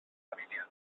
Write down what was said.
familiar